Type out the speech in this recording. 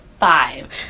Five